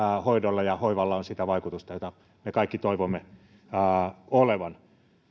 hoidolla ja hoivalla on sitä vaikutusta jota me kaikki toivomme olevan